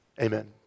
Amen